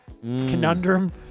conundrum